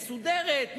מסודרת,